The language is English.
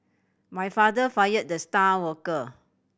my father fired the star worker